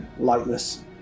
Lightness